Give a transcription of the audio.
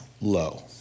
low